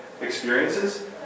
experiences